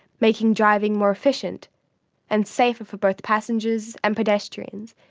making driving more efficient and safer for both passengers and pedestrians,